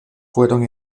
fueron